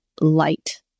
light